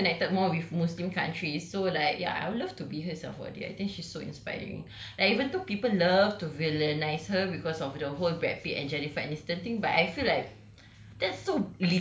she's even connected more with muslim countries so like ya I would love to be her sia for a day I think she's so inspiring like even though people love to villainies her because of the whole brad pitt and jennifer aniston thing but I feel like